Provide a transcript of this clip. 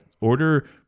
Order